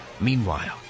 Meanwhile